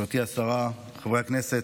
גברתי השרה, חברי הכנסת,